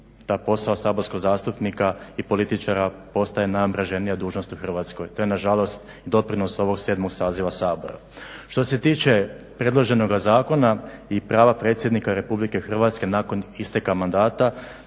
taj posao saborskog zastupnika i političara postaje najomraženija dužnost u Hrvatskoj. To je nažalost doprinos ovog 7. saziva Sabora. Što se tiče predloženog zakona i prava predsjednika Republike Hrvatske nakon isteka mandata,